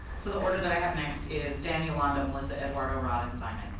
so the order that i have next is dan, yolanda, melissa, eduardo, rod and simon